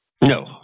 No